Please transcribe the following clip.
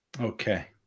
Okay